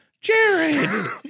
Jared